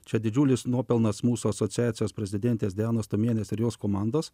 čia didžiulis nuopelnas mūsų asociacijos prezidentės dianos stomienės ir jos komandos